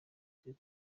ukwiye